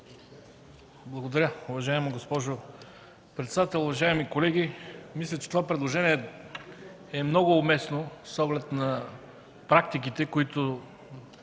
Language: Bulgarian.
Благодаря, уважаема госпожо председател. Уважаеми колеги, мисля, че това предложение е много уместно с оглед на практиките, които